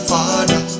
Father